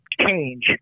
change